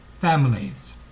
families